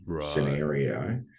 scenario